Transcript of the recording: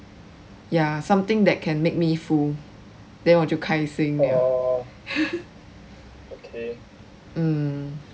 ya something that can make me full then 我就开心 liao mm